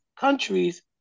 countries